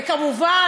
כמובן,